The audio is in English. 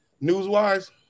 news-wise